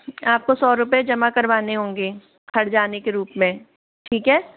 आपको सौ रुपए जमा करवाने होंगे हर्जाने के रूप में ठीक है